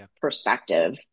perspective